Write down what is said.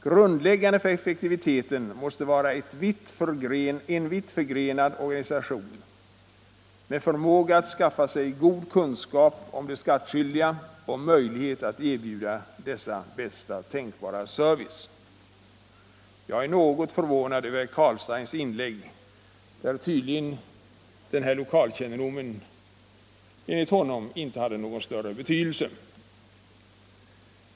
Grundläggande för effektiviteten måste vara en vitt förgrenad organisation med förmåga att skaffa sig god kunskap om de skattskyldiga och möjlighet att erbjuda dessa bästa tänkbara service. Jag är något förvånad över herr Carlsteins inlägg. Lokalkännedomen har enligt honom inte någon större betydelse.